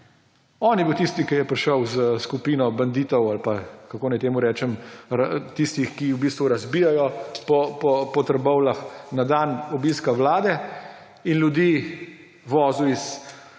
On je bil tisti, ki je prišel s skupino banditov ali kako naj temu rečem, tistih, ki v bistvu razbijajo po Trbovljah na dan obiska vlade, in ljudi vozil iz